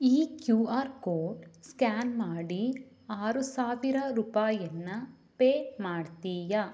ಈ Q R code scan ಮಾಡಿ ಆರು ಸಾವಿರ ರೂಪಾಯನ್ನ ಪೇ ಮಾಡ್ತೀಯ